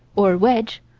or wedge,